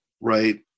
right